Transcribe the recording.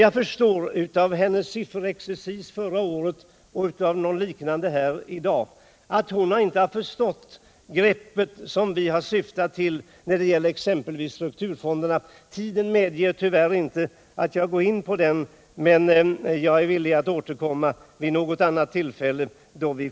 Att döma av hennes sifferexercis förra året och av något liknande här i dag har hon inte förstått vad vi syftat till med exempelvis strukturfonderna. Tiden medger tyvärr inte att jag går in på den frågan nu, men jag är villig diskutera den vid något annat tillfälle.